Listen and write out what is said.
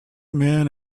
men